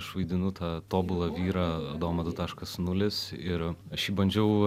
aš vaidinu tą tobulą vyrą adomą du taškas nulis ir aš jį bandžiau